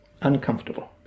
uncomfortable